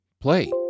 play